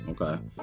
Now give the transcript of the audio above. okay